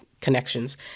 connections